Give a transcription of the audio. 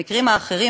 במקרים האחרים,